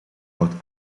out